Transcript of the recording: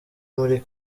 muri